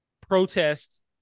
protests